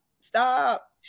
Stop